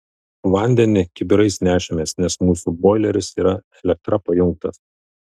vandenį kibirais nešėmės nes mūsų boileris yra elektra pajungtas